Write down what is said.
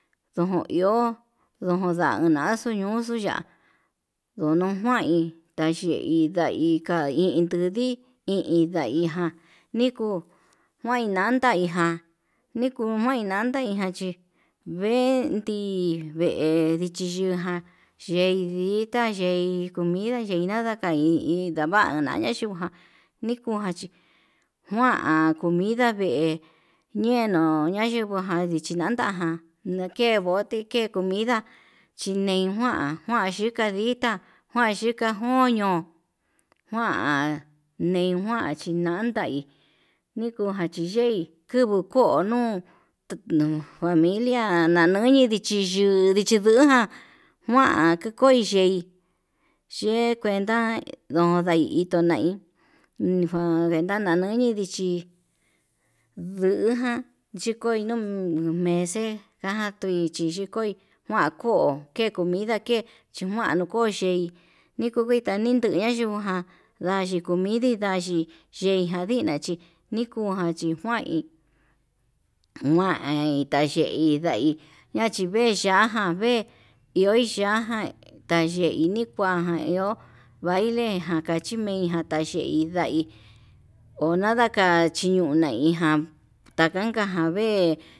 Ndoji iho ndojo nanaxu ñuxu ña'a, ndono njuan hí tayei ndai ka'a i iin tundi hindaiján, nikuu nikuanda iin já, ni kuu manaitan ján chí venti vee dichi yuján yeindita yei comida nikei naka hí ndavana nayunga nikujan chikuanncomida vee nikuenuu nayingu ján ndichi nandajan nakebo tike comida chinei njuan njuan xhika ndita, njuan xhika koño njuan ni njuan chinanda hí nikuján chiye'í kubuu ko'o nun tunuu familia nanuyi ndichi yuu chinduján kuan kekoi ye'í, yee kuenta ndonda nditonai nifa'a nikuana nuye ndichi nduján chikoi noo mese caja choi xhikoi njuan ko'o ke comida ke, chinjuan no koo xhei nikuku tanintaña yuu nduján nayiko midii nayai nikonina niyuya chí juan hí juan chei ndai ñachi ve'e yaján vee iho ya'á ján taveini kuján iho baile jaka chimeiján yandei nai ondanaka chonaiján takanja ka'a vee.